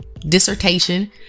dissertation